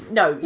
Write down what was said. no